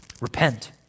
repent